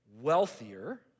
wealthier